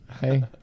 Hey